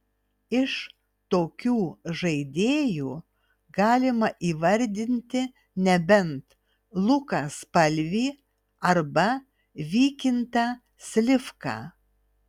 iš tokių žaidėjų galima įvardinti nebent luką spalvį arba vykintą slivką